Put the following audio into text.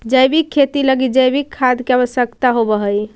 जैविक खेती लगी जैविक खाद के आवश्यकता होवऽ हइ